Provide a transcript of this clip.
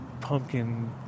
Pumpkin